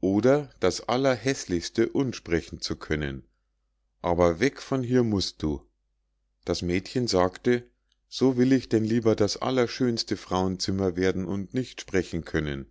oder das allerhäßlichste und sprechen zu können aber weg von hier musst du das mädchen sagte so will ich denn lieber das allerschönste frauenzimmer werden und nicht sprechen können